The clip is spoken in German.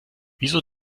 wieso